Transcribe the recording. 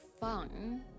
fun